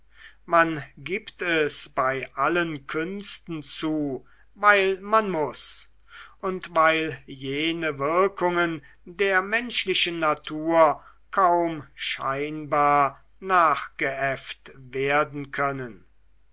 man gibt es bei allen künsten zu weil man muß und weil jene wirkungen der menschlichen natur kaum scheinbar nachgeäfft werden können